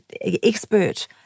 expert